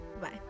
bye